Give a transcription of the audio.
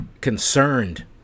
concerned